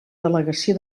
delegació